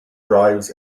drives